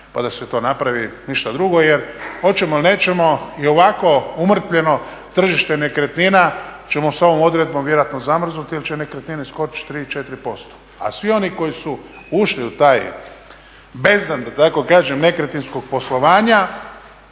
pa da se to napravi ništa drugo jer hoćemo nećemo i ovako umrtvljeno tržište nekretnina ćemo s ovom odredbom vjerojatno zamrznuti jer će nekretnine skočiti 3, 4%, a svi oni koji su ušli u taj bezdan da tako kažem nekretninskog poslovanja